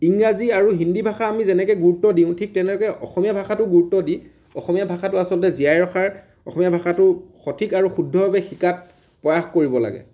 ইংৰাজী আৰু হিন্দী ভাষা আমি যেনেকে গুৰুত্ব দিওঁ ঠিক তেনেকে অসমীয়া ভাষাটোও গুৰুত্ব দি অসমীয়া ভাষাটো আচলতে জীয়াই ৰখাৰ অসমীয়া ভাষাটো সঠিক আৰু শুদ্ধভাৱে শিকাত প্ৰয়াস কৰিব লাগে